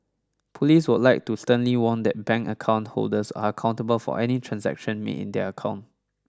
police would like to sternly warn that bank account holders are accountable for any transaction made in their account